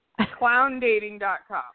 ClownDating.com